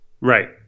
Right